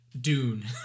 Dune